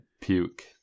puke